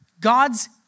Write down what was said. God's